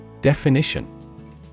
Definition